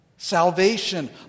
Salvation